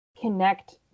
connect